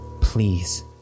Please